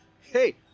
hey